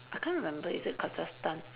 I can't remember is it Kazakhstan